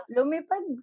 Lumipad